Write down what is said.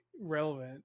relevant